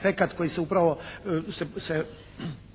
efekat koji se upravo